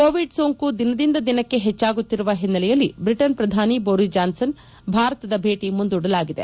Covid ಸೋಂಕು ದಿನದಿಂದ ದಿನಕ್ಕೆ ಹೆಚ್ಚಾಗುತ್ತಿರುವ ಹಿನ್ನೆಲೆಯಲ್ಲಿ ಬ್ರಿಟನ್ನ ಪ್ರಧಾನಮಂತ್ರಿ ಬೋರಿಸ್ ಜಾನ್ಸನ್ ಭಾರತದ ಭೇಟಿ ಮುಂದೂಡಲಾಗಿದೆ